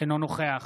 אינו נוכח